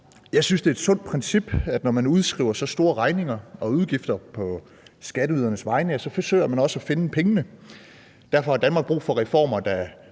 Jeg synes, det er et sundt princip, at når man udskriver så store regninger og har så store udgifter på skatteydernes vegne, forsøger man også at finde pengene. Derfor har Danmark brug for reformer, der